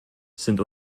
sind